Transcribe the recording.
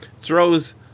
throws